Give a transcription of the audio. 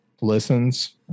listens